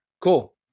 Cool